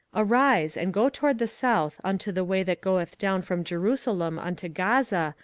arise, and go toward the south unto the way that goeth down from jerusalem unto gaza,